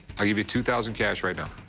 i'll give you two thousand cash right now.